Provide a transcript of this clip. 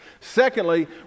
Secondly